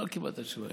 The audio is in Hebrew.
לא קיבלת תשובה.